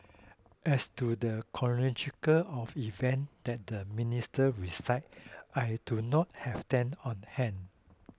as to the chronology of events that the minister recited I do not have them on hand